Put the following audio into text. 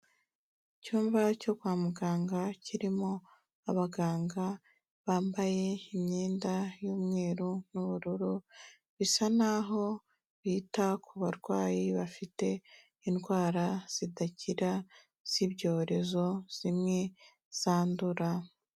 Icyumba cyo kwa muganga kirimo abaganga bambaye imyenda y'umweru n'ubururu, bisa naho bita ku barwayi bafite indwara zidakira z'ibyorezo zimwe zandura.